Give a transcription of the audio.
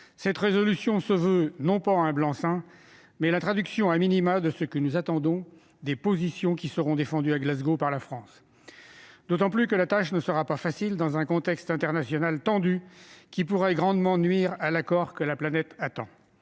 cette résolution se veut, non pas un blanc-seing, mais la traduction minimale de ce que nous attendons des positions défendues à Glasgow par la France- d'autant plus que la tâche ne sera pas facile, le contexte international tendu pouvant grandement nuire à l'accord que la planète attend.